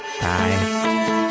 Bye